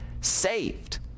saved